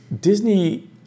disney